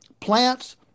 Plants